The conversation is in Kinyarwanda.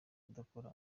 kudakora